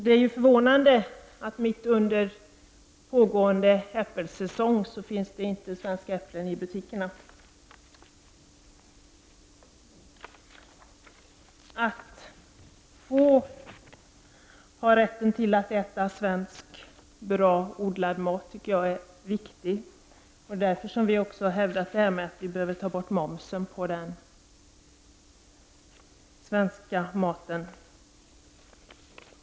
Det är dock förvånande att det, trots att det är äppelsäsong, inte finns svenska äpplen i butikerna. Att ha rätt att äta bra svenskodlad mat är viktigt. Det är därför som vi har hävdat att momsen på svensk mat behöver tas bort.